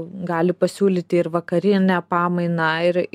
gali pasiūlyti ir vakarinę pamainą ir